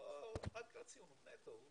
רק מציונות נטו.